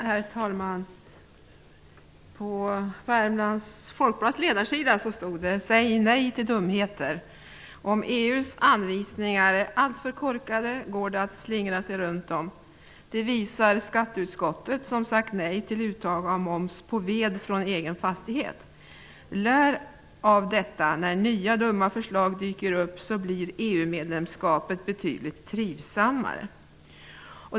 Herr talman! På Värmlands Folkblads ledarsida stod det: Säg nej till dumheter! Om EU:s anvisningar är alltför korkade går det att slingra sig runt dem. Det visar skatteutskottet, som sagt nej till uttag av moms på ved från egen fastighet. Lär av det när nya, dumma förslag dyker upp, så blir EU-medlemskapet betydligt trivsammare.